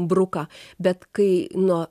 bruka bet kai nuo